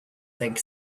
think